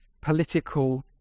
political